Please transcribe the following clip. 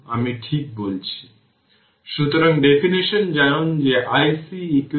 সুতরাং এটি 20 Ω তার মানে এটি 5 Ω এবং এই 2টি প্যারালাল